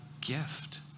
gift